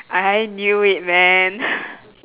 I knew it man